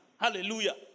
Hallelujah